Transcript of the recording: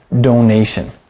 donation